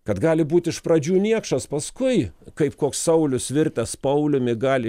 kad gali būt iš pradžių niekšas paskui kaip koks saulius virtęs pauliumi gali